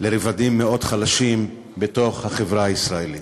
לרבדים מאוד חלשים בתוך החברה הישראלית.